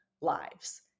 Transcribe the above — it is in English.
lives